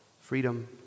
freedom